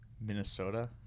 Minnesota